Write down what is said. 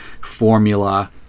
formula